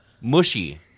mushy